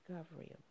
discovery